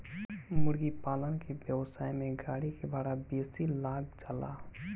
मुर्गीपालन के व्यवसाय में गाड़ी के भाड़ा बेसी लाग जाला